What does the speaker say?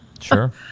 sure